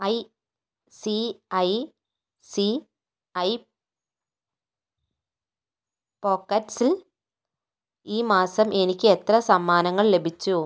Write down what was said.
I C I C I പോക്കറ്റ്സിൽ ഈ മാസം എനിക്ക് എത്ര സമ്മാനങ്ങൾ ലഭിച്ചു